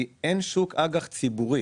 כי אין שוק אג"ח ציבורי.